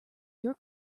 your